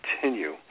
continue